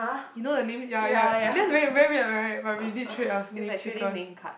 you know the name ya ya that's very very weird right but we did trade our name stickers